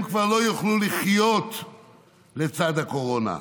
הם כבר לא יוכלו לחיות לצד הקורונה.